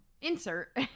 Insert